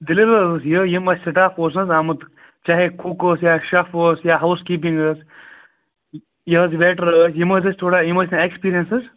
دٔلیٖل حظ ٲسۍ یِہےَ یِم ٲسۍ سِٹاف اوس نا حظ آمُت چاہے کُک اوس یا شَف اوس یا ہاوُس کیٖپِنٛک ٲسۍ یہِ حظ ویٹَر ٲسۍ یِم حظ ٲسۍ تھوڑا یِم ٲسۍ نہٕ اٮ۪کٕسپیٖرَنسٕز